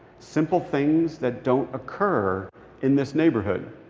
simple things that don't occur in this neighborhood.